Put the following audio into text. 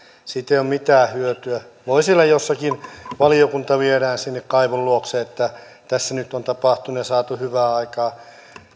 ei ole mitään hyötyä valiokunta viedään sinne kaivon luokse että tässä nyt on tapahtunut ja saatu hyvää aikaan